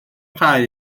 cau